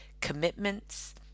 commitments